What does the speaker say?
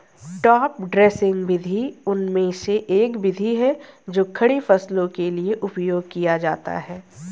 top dressing विधि उनमें से एक विधि है जो खड़ी फसलों के लिए उपयोग किया जाता है